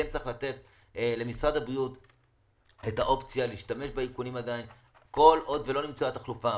כדי שתהיה לו האופציה להשתמש באיכונים כל עוד ולא נמצאה חלופה.